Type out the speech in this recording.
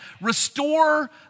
restore